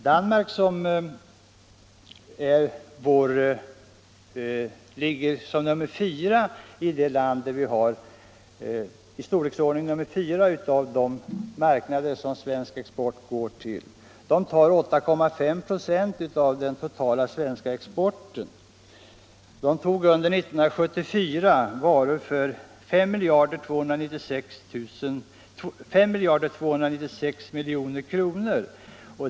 Danmark — som i storleksordningen är nummer fyra av de marknader som svensk export går till — tar 8,5 96 av den totala svenska exporten och tog under 1974 varor för 5 296 milj.kr.